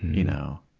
you know?